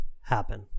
happen